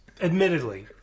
admittedly